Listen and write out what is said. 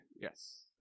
Yes